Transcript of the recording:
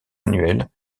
annuelle